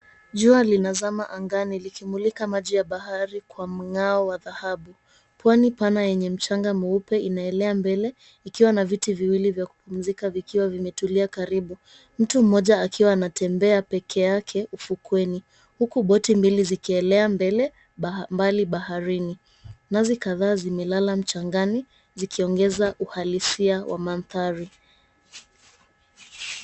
Jua linazana angani, likimulika maji ya bahari kwa mng'ao wa dhahabu. Pwani pana yenye mchanga mweupe inaelea mbele, ikiwa na viti viwili vya kupumzika vikiwa vimetulia karibu. Mtu mmoja ametembea peke yake ufukweni, huku boti mbili zikielea mbele mbali baharini. Nazi kadhaa zimelala mchangani zikiongezea uhalisia wa mambo.